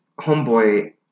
homeboy